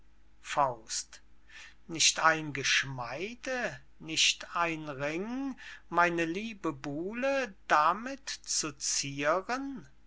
drein nicht ein geschmeide nicht ein ring meine liebe buhle damit zu zieren